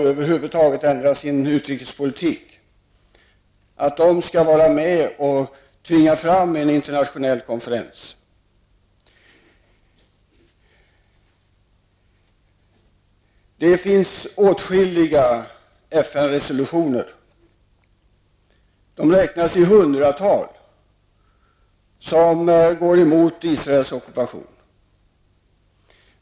För min del hoppas jag att Sovjet skall vara med och tvinga fram en internationell konferens. Det finns åtskilliga FN-resolutioner som går emot Israels ockupation. De räknas i hundratal.